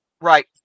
Right